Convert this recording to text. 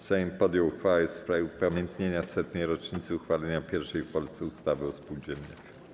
Sejm podjął uchwałę w sprawie upamiętnienia setnej rocznicy uchwalenia pierwszej w Polsce ustawy o spółdzielniach.